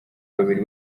babiri